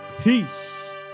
Peace